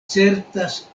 certas